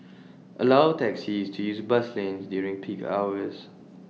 allow taxis to use bus lanes during peak hours